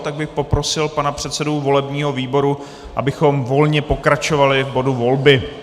Tak bych poprosil pana předsedu volebního výboru, abychom volně pokračovali v bodu volby.